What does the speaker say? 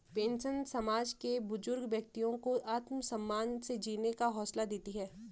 pension समाज के बुजुर्ग व्यक्तियों को आत्मसम्मान से जीने का हौसला देती है